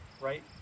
right